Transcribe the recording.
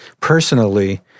personally